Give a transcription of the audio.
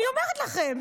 אני אומרת לכם,